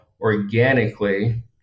organically